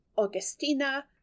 Augustina